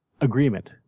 agreement